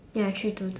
ya three two two